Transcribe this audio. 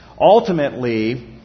Ultimately